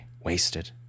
wasted